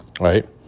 right